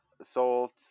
assault